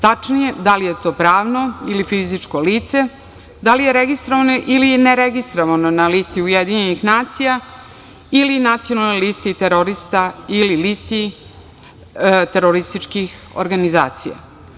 Tačnije, da li je to pravno ili fizičko lice, da li je registrovano ili ne registrovano na listi Ujedinjenih nacija ili nacionalnoj listi terorista ili listi terorističkih organizacija.